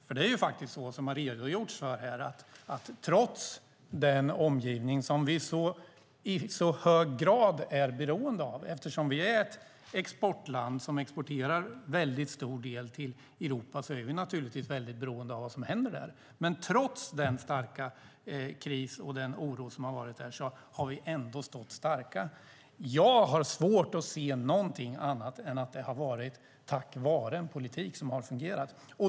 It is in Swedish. Vi är i hög grad beroende av omgivningen. Eftersom vi är ett exportland som exporterar en stor del till Europa är vi naturligtvis väldigt beroende av vad som händer där. Men trots den starka kris och den oro som har varit där har vi stått starka, som det har redogjorts för här. Jag har svårt att se någonting annat än att det är tack vare en politik som har fungerat.